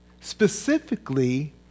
specifically